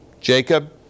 Jacob